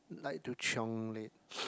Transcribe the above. like to chiong late